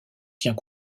tient